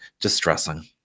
distressing